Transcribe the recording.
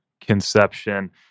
conception